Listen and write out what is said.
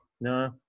No